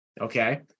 okay